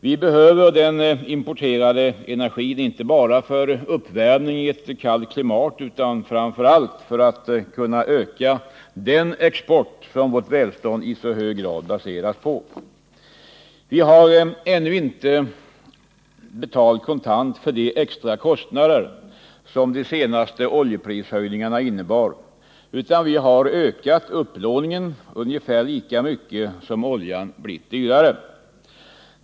Vi behöver den importerade energin inte bara för uppvärmning i ett kallt klimat utan framför allt för att kunna öka den export som vårt välstånd i så hög grad baseras på. Vi har ännu inte betalt kontant för de extra kostnader som de senaste oljeprishöjningarna innebar, utan vi har ökat upplåningen ungefär lika mycket som oljan blivit dyrare.